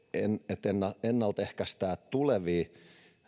että ennaltaehkäistään tulevia